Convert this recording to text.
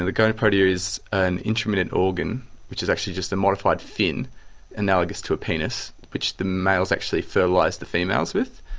the gonapodia is an intromittent organ which is actually just a modified fin analogous to a penis which the males actually fertilise the females with.